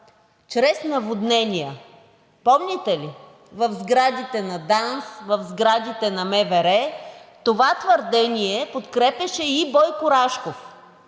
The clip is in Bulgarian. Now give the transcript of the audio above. чрез наводнения. Помните ли? В сградите на ДАНС, в сградите на МВР. Това твърдение подкрепяше и Бойко Рашков.